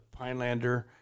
Pinelander